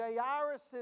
Jairus